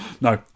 No